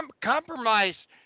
compromise